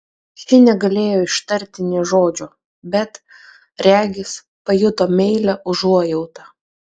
ši negalėjo ištarti nė žodžio bet regis pajuto meilią užuojautą